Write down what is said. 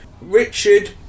Richard